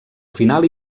final